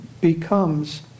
becomes